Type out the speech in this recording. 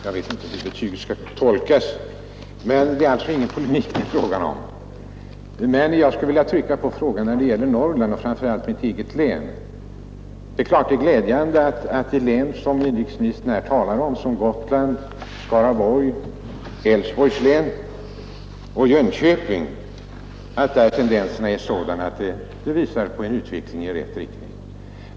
Jag vet inte hur betyget skall tolkas, men det är alltså ingen polemik det är fråga om nu. Jag skulle emellertid vilja ge en bild av situationen när det gäller Norrland, framför allt mitt eget län. Det är klart att det är glädjande att tendenserna i de län som inrikesministern här talade om, Gotlands, Skaraborgs, Älvsborgs och Jönköpings län, visar på en utveckling i rätt riktning.